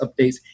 updates